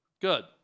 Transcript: Good